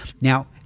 Now